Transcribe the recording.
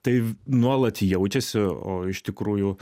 tai nuolat jaučiasi o iš tikrųjų